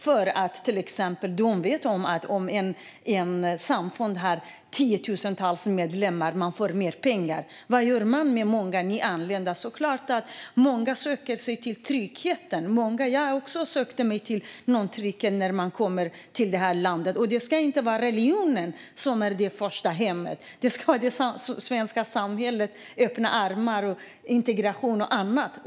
De vet till exempel att om ett samfund har tiotusentals medlemmar får det mer pengar. Vad gör man med många nyanlända? Många söker sig såklart till tryggheten. Jag sökte mig också till trygghet när jag kom till det här landet. Det ska inte vara religionen som är det första hemmet utan det svenska samhället, med öppna armar, integration och annat.